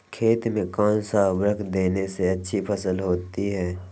खेत में कौन सा उर्वरक देने से अच्छी फसल होती है?